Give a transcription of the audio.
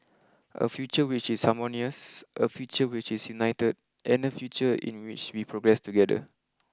a future which is harmonious a future which is united and a future in which we progress together